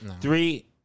Three